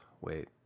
wait